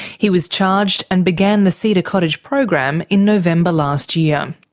he was charged and began the cedar cottage program in november last year. um